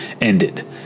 ended